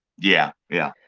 yeah, yeah.